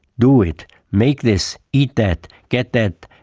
do it, make this, eat that, get that,